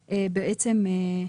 סעיף קטן (ה)